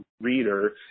reader